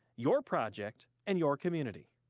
your project and your community.